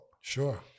Sure